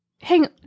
Hang